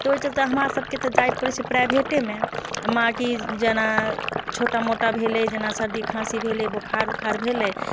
तऽ ओहि चलते हमरा सभके तऽ जाइ पड़ै छै प्राइभेटेमे आ बाँकी जेना छोटा मोटा भेलै जेना सर्दी खाँसी भेलै बोखार ओखार भेलै